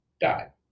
die